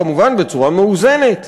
כמובן, בצורה מאוזנת.